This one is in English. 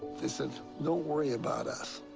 they said, don't worry about us.